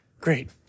Great